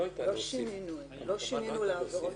אם העד נעלם, על מי חובת